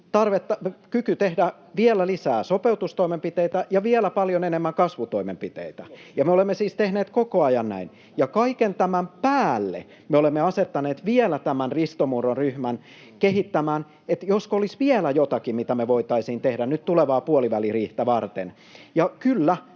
tehdä vielä lisää sopeutustoimenpiteitä ja vielä paljon enemmän kasvutoimenpiteitä — ja me olemme siis tehneet koko ajan näin. Kaiken tämän päälle me olemme asettaneet vielä tämän Risto Murron ryhmän kehittämään, josko olisi vielä jotakin, mitä me voitaisiin tehdä nyt tulevaa puoliväliriihtä varten. Ja